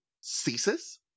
ceases